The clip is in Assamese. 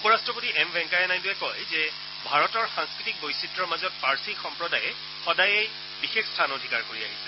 উপ ৰাষ্ট্ৰপতি এম ভেংকায়া নাইডুৱে কয় যে ভাৰতৰ সাংস্কৃতিক বৈচিত্ৰ্যৰ মাজত পাৰ্চী সম্প্ৰদায়ে সদায়েই বিশেষ স্থান অধিকাৰ কৰি আহিছে